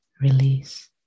release